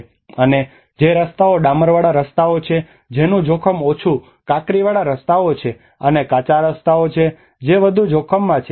અને જે રસ્તાઓ ડામરવાળા રસ્તાઓ છે જેનું જોખમ ઓછું અને કાંકરીવાળા રસ્તાઓ છે અને કાચા રસ્તાઓ જે વધુ જોખમમાં છે